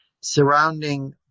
surrounding